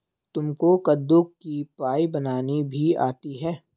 तुमको कद्दू की पाई बनानी भी आती है?